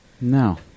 No